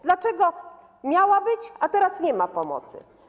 Dlaczego miała być pomoc, a teraz nie ma pomocy?